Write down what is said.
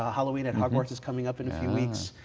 halloween at hogwarts is coming up in a few weeks,